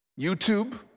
YouTube